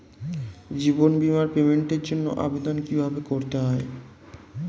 জীবন বীমার পেমেন্টের জন্য আবেদন কিভাবে করতে হয়?